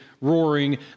roaring